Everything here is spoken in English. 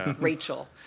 Rachel